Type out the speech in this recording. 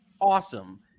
awesome